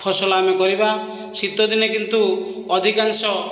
ଫସଲ ଆମେ କରିବା ଶୀତଦିନେ କିନ୍ତୁ ଅଧିକାଂଶ